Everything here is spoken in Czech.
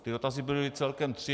Ty dotazy byly celkem tři.